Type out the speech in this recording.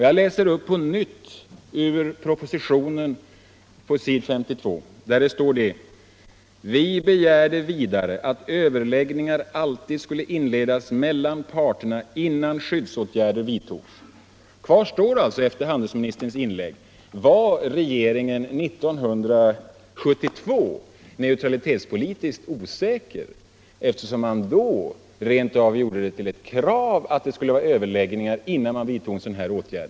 Jag läser på nytt upp från s. 52 i propositionen: ”Vi begärde vidare, att överläggningar alltid skulle inledas mellan parterna innan skyddsåtgärder vidtogs.” Kvar står alltså frågan efter handelsministerns inlägg: Var regeringen år 1972 neutralitetspolitiskt osäker, eftersom man då rent av gjorde det till ett krav att det skulle vara överläggningar innan man vidtog en sådan här åtgärd?